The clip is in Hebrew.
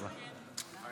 אדוני